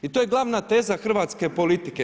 I to je glavna teza hrvatske politike.